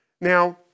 Now